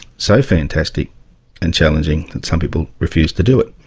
so fantastic and challenging some people refuse to do it,